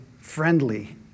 friendly